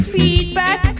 feedback